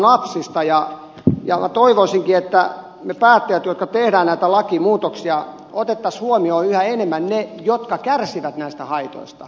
toivoisinkin että me päättäjät jotka teemme näitä lakimuutoksia ottaisimme huomioon yhä enemmän ne jotka kärsivät näistä haitoista